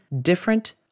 different